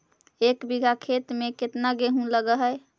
एक बिघा खेत में केतना गेहूं लग है?